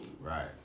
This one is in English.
Right